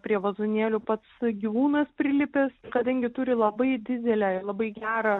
prie vazonėlių pats gyvūnas prilipęs kadangi turi labai didelę ir labai gerą